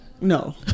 No